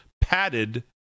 padded